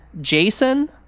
Jason